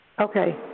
Okay